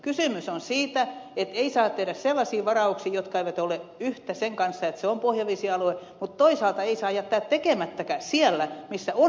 kysymys on siitä että ei saa tehdä sellaisia varauksia jotka eivät ole yhtä sen kanssa että se on pohjavesialue mutta toisaalta ei saa jättää tekemättäkään siellä missä on pohjavesialueita